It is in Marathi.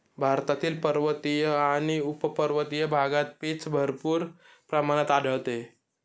भारतातील पर्वतीय आणि उपपर्वतीय भागात पीच भरपूर प्रमाणात आढळते